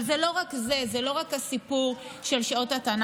אבל זה לא רק זה, זה לא רק הסיפור של שעות התנ"ך.